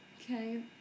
Okay